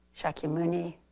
Shakyamuni